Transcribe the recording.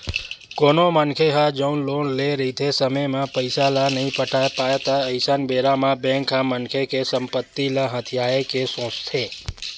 कोनो मनखे ह जउन लोन लेए रहिथे समे म पइसा ल नइ पटा पात हे अइसन बेरा म बेंक ह मनखे के संपत्ति ल हथियाये के सोचथे